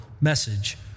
message